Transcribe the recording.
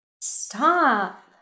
Stop